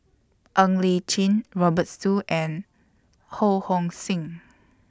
Ng Li Chin Robert Soon and Ho Hong Sing